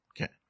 Okay